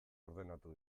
ordenatu